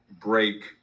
break